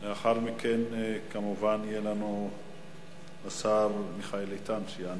לאחר מכן, כמובן, השר מיכאל איתן יענה.